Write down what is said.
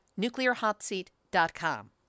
NuclearHotSeat.com